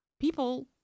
people